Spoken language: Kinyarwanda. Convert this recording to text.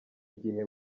igihe